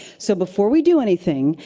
so before we do anything,